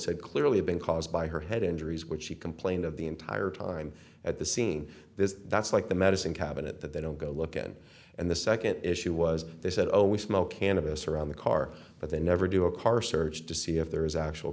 had clearly been caused by her head injuries which she complained of the entire time at the scene that's like the medicine cabinet that they don't go look in and the second issue was they said oh we smoke cannabis around the car but they never do a car search to see if there is actual